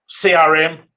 CRM